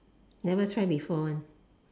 never try before one